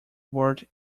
word